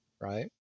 right